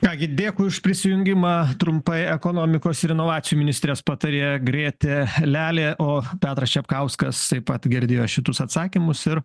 ką gi dėkui už prisijungimą trumpai ekonomikos ir inovacijų ministrės patarėja grėtė lelė o petras čepkauskas taip pat girdėjo šitus atsakymus ir